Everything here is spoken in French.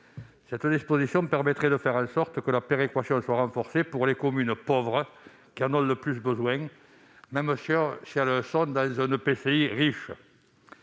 Cette disposition permettait de faire en sorte que la péréquation soit renforcée pour les communes « pauvres » qui en ont le plus besoin, même si elles font partie d'un EPCI riche.